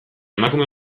emakume